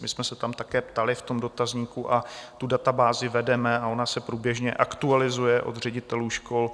My jsme se tam také ptali v tom dotazníku a tu databázi vedeme, ona se průběžně aktualizuje od ředitelů škol.